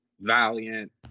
Valiant